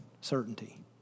certainty